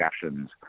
discussions